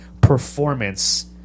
performance